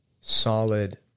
solid